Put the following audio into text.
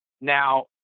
now